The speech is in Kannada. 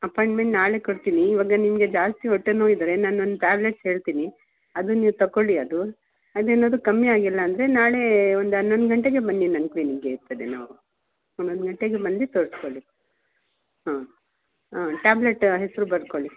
ಅಪಾಯಿಂಟ್ಮೆಂಟ್ ನಾಳೆ ಕೊಡ್ತೀನಿ ಇವಾಗ ನಿಮಗೆ ಜಾಸ್ತಿ ಹೊಟ್ಟೆ ನೋವಿದ್ದರೆ ನಾನೊಂದು ಟ್ಯಾಬ್ಲೆಟ್ಸ್ ಹೇಳ್ತೀನಿ ಅದು ನೀವು ತಕೋಳ್ಳಿ ಅದು ಅದೇನಾದರು ಕಮ್ಮಿ ಆಗಿಲ್ಲ ಅಂದರೆ ನಾಳೆ ಒಂದು ಹನ್ನೊಂದ್ ಗಂಟೆಗೆ ಬನ್ನಿ ನನ್ನ ಕ್ಲಿನಿಕಿಗೆ ಸರಿ ನಾ ಹನ್ನೊಂದ್ ಗಂಟೆಗೆ ಬಂದು ತೋರ್ಸ್ಕೊಳ್ಳಿ ಹಾಂ ಹಾಂ ಟ್ಯಾಬ್ಲೆಟ್ ಹೆಸರು ಬರ್ಕೊಳ್ಳಿ